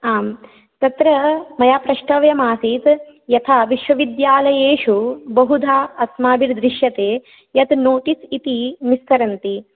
आम् तत्र मया प्रष्टव्यम् आसीत् यथा विश्वविद्यालयेषु बहुधा अस्माभिर्दृश्यते यत् नोटिस् इति निस्सरन्ति